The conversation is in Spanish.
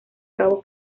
cabo